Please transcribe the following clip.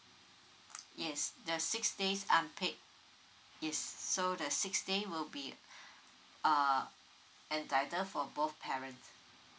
yes the six days unpaid yes so the six day will be uh entitled for both parents